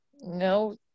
no